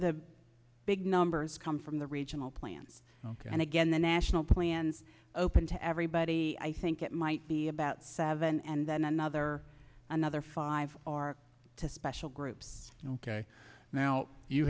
the big numbers come from the regional plans and again the national plan open to everybody i think it might be about seven and then another another five to special groups ok now you